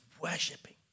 worshipping